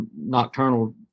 nocturnal